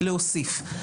להוסיף.